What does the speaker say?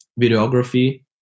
videography